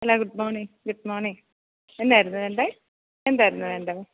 hello good morning good morning എന്നായിരുന്നു വേണ്ടേ എന്തായിരുന്നു വേണ്ടേത്